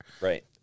Right